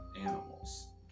animals